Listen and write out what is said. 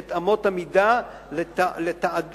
את אמות המידה לתעדוף,